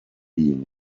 being